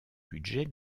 budget